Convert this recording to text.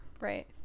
Right